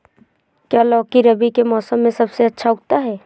क्या लौकी रबी के मौसम में सबसे अच्छा उगता है?